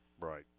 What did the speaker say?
right